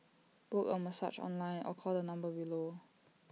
book A massage online or call the number below